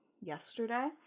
yesterday